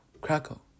crackle